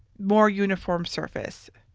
more uniform surface.